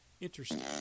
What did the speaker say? Interesting